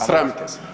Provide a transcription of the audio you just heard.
Sramite se!